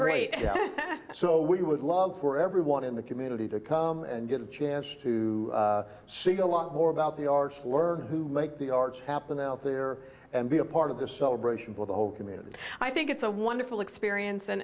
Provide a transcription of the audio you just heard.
great so we would love for everyone in the community to come and get a chance to see a lot more about the arts learn who make the arts happen out there and be a part of the celebration for the whole community i think it's a wonderful experience and